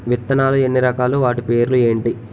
విత్తనాలు ఎన్ని రకాలు, వాటి పేర్లు ఏంటి?